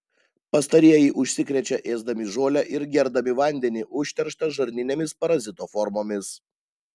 pastarieji užsikrečia ėsdami žolę ir gerdami vandenį užterštą žarninėmis parazito formomis